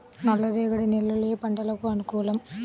నల్లరేగడి నేలలు ఏ పంటలకు అనుకూలం?